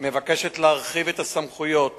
מבקשת להרחיב את הסמכויות